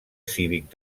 cívic